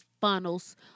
funnels